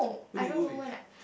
who did you go with